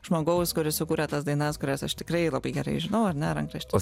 žmogaus kuris sukūrė tas dainas kurias aš tikrai labai gerai žinau ar ne rankraštis